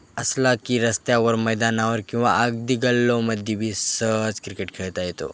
असला की रस्त्यावर मैदानावर किंवा अगदी गल्लीमध्ये बी सहज क्रिकेट खेळता येतो